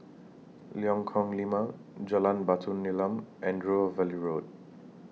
Lengkong Lima Jalan Batu Nilam and River Valley Road